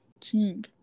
king